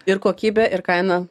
ir kokybė ir kaina